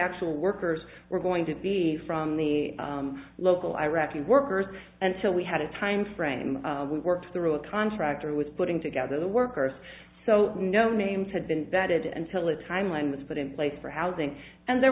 actual workers were going to be from the local iraqi workers and so we had a timeframe we worked through a contractor was putting together the workers so no names had been vetted and philip timeline was put in place for housing and there